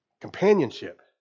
Companionship